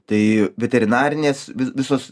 tai veterinarinės visos